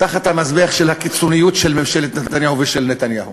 על מזבח הקיצוניות של ממשלת נתניהו ושל נתניהו.